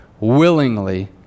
willingly